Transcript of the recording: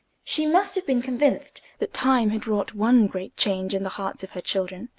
she must have been convinced that time had wrought one great change in the hearts of her children.